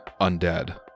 undead